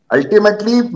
Ultimately